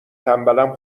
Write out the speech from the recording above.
تنبلم